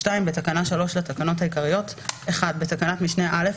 בתקנה 3 לתקנות העיקריות בתקנת משנה (א),